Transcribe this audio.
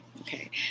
Okay